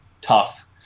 tough